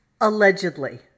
Allegedly